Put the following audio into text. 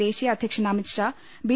ദേശീയ അധ്യ ക്ഷൻ അമിത്ഷാ ബി